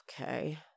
okay